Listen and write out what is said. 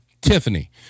Tiffany